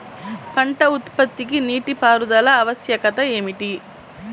పంట ఉత్పత్తికి నీటిపారుదల ఆవశ్యకత ఏమిటీ?